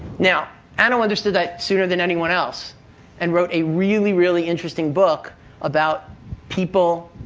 now anna understood that sooner than anyone else and wrote a really, really interesting book about people,